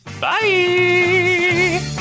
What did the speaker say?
bye